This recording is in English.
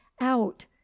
out